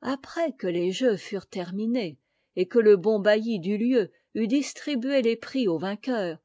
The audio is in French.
après que les jeux furent terminés et que le bon bailli du lieu eut distribué les prix aux vainqueurs